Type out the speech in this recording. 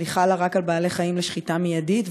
אבל היא חלה רק על בעלי חיים לשחיטה מיידית,